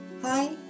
Hi